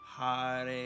Hare